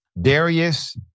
Darius